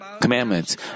commandments